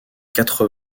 quatre